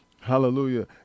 hallelujah